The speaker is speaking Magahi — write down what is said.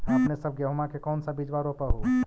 अपने सब गेहुमा के कौन सा बिजबा रोप हू?